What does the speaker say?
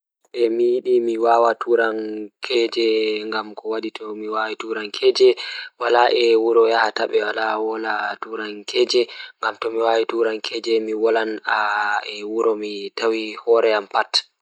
Eh miyidi mi wawa turankeeje ngam tomi waawi turankeeje wala e wuro yahata walawolwa turankeeje ngam tomi waawi turankeeje mi wolwan e wuro mi tawi hoore am pat.